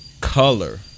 color